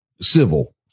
civil